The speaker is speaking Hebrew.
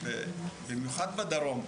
במיוחד בדרום.